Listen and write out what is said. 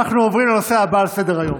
אנחנו עוברים לנושא הבא על סדר-היום,